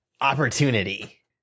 opportunity